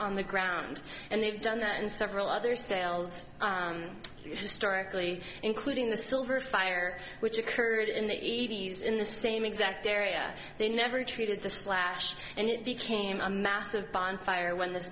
on the ground and they've done that and several other sales historically including the silver fire which occurred in the ease in the same exact area they never treated the slash and it became a massive bonfire when th